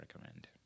recommend